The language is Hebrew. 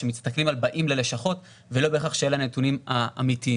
שמסתכלים על באים ללשכות ולא בהכרח אלה הנתונים האמיתיים.